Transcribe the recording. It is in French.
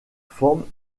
forme